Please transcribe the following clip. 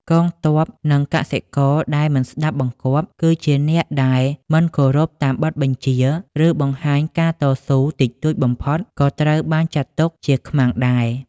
កងទ័ព និងកសិករដែលមិនស្តាប់បង្គាប់ គឺជាអ្នកដែលមិនគោរពតាមបទបញ្ជា ឬបង្ហាញការតស៊ូតិចតួចបំផុត ក៏ត្រូវបានចាត់ទុកជាខ្មាំងដែរ។